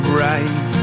right